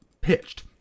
pitched